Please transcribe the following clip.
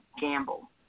Gamble